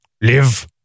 Live